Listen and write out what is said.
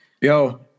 yo